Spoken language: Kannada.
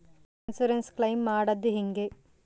ಇನ್ಸುರೆನ್ಸ್ ಕ್ಲೈಮ್ ಮಾಡದು ಹೆಂಗೆ?